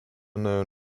known